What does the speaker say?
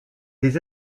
des